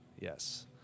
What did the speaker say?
yes